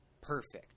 perfect